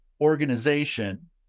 organization